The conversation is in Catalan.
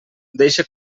deixe